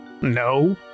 no